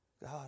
God